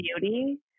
beauty